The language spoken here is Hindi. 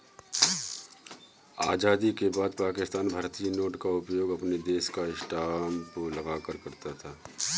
आजादी के बाद पाकिस्तान भारतीय नोट का उपयोग अपने देश का स्टांप लगाकर करता था